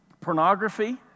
Pornography